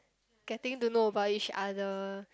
getting to know about each other